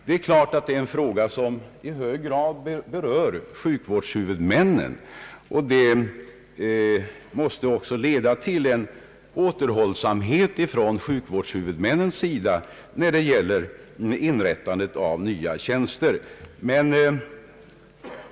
Detta är givetvis en fråga som berör sjukvårdshuvudmännen och som också måste medföra återhållsamhet från deras sida när det gäller inrättandet av nya tjänster.